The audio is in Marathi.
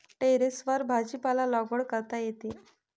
टेरेसवर भाजीपाला लागवड करता येते